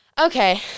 Okay